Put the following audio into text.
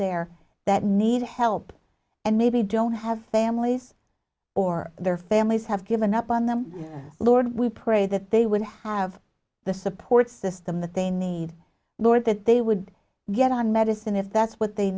there that need help and maybe don't have families or their families have given up on them lord we pray that they would have the support system that they need more that they would get on medicine if that's what they